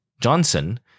Johnson